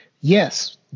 Yes